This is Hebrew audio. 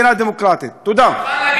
תודה רבה.